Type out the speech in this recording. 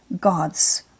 God's